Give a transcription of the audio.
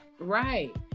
Right